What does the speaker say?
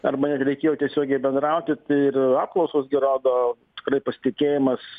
arba nereikėjo tiesiogiai bendrauti tai ir apklausos gi rodo yra pasitikėjimas